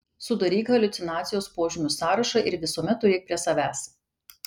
sudaryk haliucinacijos požymių sąrašą ir visuomet turėk prie savęs